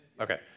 Okay